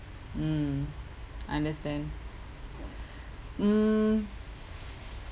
mm understand mm